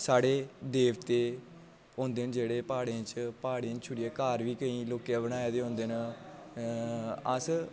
साढ़े देवते होंदे न जेह्ड़े प्हाड़े च प्हाड़े च छुड़ियै घर बी केईं लोकें बनाये दे होंदे न अअअ अस